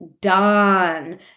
done